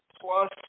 plus